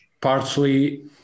partially